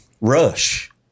Rush